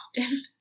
often